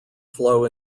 flow